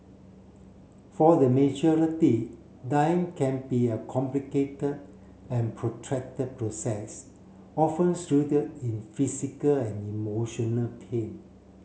for the majority dying can be a complicated and protracted process often shrouded in physical and emotional pain